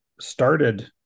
started